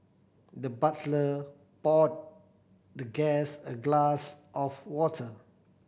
the butler poured the guest a glass of water